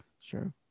sure